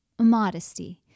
modesty